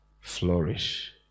flourish